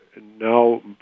now